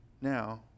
now